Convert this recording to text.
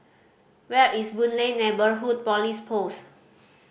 where is Boon Lay Neighbourhood Police Post